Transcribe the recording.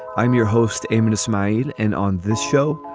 i'm your host, amy dismayed. and on this show,